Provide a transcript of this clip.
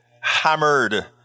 hammered